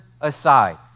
aside